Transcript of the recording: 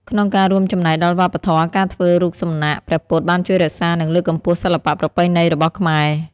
ក្នុងការរួមចំណែកដល់វប្បធម៌ ការធ្វើរូបសំណាកព្រះពុទ្ធបានជួយរក្សានិងលើកកម្ពស់សិល្បៈប្រពៃណីរបស់ខ្មែរ។